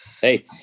Hey